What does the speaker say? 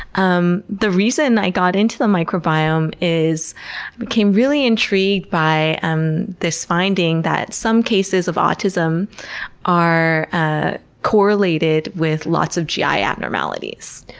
um the reason i got into the microbiome is, i became really intrigued by um this finding that some cases of autism are ah correlated with lots of gi abnormalities.